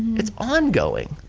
it's ongoing.